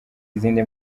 izindi